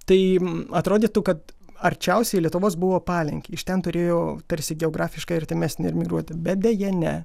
tai atrodytų kad arčiausiai lietuvos buvo palenkė iš ten turėjo tarsi geografiškai artimesnė emigruoti bet deja ne